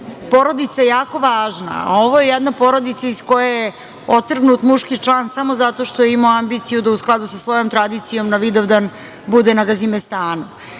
porodica jako važna, a ovo je jedna porodica iz koje je otrgnut muški član samo zato što je imao ambiciju da u skladu sa svojom tradicijom na Vidovdan bude na Gazimestanu. Shvatam